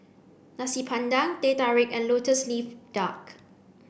Nasi Padang Teh Tarik and lotus leaf duck